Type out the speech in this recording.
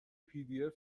pdf